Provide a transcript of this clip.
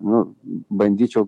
nu bandyčiau